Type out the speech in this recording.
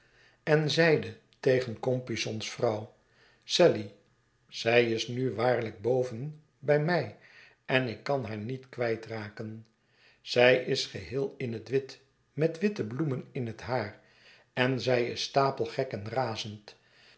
en zeide tegen compeyson's vrouw sally zij is nu waarlijk boven bij mij en ik kan haar niet kwijtraken zij is geheel in het wit met witte bloemen in het haar en zij is stapelgek en razend